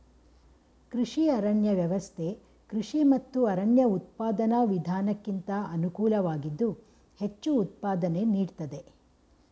ಕೃಷಿ ಅರಣ್ಯ ವ್ಯವಸ್ಥೆ ಕೃಷಿ ಮತ್ತು ಅರಣ್ಯ ಉತ್ಪಾದನಾ ವಿಧಾನಕ್ಕಿಂತ ಅನುಕೂಲವಾಗಿದ್ದು ಹೆಚ್ಚು ಉತ್ಪಾದನೆ ನೀಡ್ತದೆ